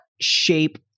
shape